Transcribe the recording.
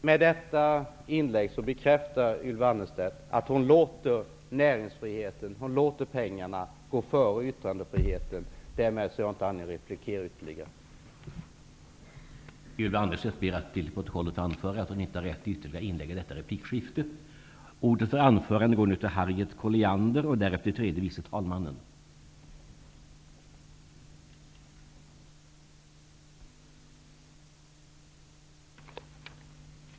Herr talman! Med detta inlägg bekräftar Ylva Annerstedt att hon låter pengarna gå före yttrandefriheten. Därmed har jag ingen anledning att ytterligare replikera.